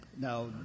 Now